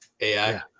AI